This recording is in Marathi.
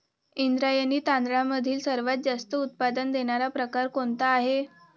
इंद्रायणी तांदळामधील सर्वात जास्त उत्पादन देणारा प्रकार कोणता आहे?